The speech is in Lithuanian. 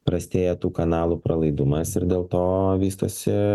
prastėja tų kanalų pralaidumas ir dėl to vystosi